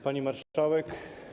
Pani Marszałek!